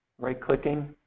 Right-clicking